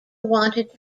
wanted